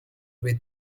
with